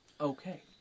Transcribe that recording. Okay